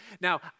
Now